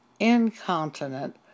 incontinent